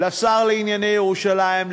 לשר לירושלים,